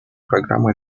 программы